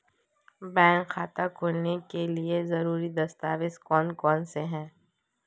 Bank खाता खोलने के लिए ज़रूरी दस्तावेज़ कौन कौनसे हैं?